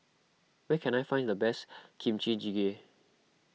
where can I find the best Kimchi Jjigae